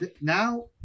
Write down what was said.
now